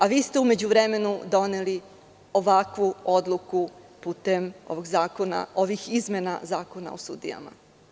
A vi ste u međuvremenu doneli ovakvu odluku putem ovih zakona, ovih izmena Zakona o sudijama.